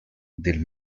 del